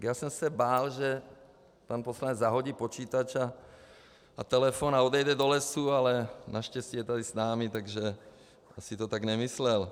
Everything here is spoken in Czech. Bál jsem se, že pan poslanec zahodí počítač a telefon a odejde do lesů, ale naštěstí je tady s námi, takže asi to tak nemyslel.